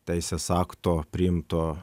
teisės akto priimto